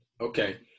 okay